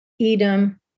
Edom